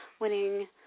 winning